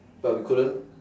but we couldn't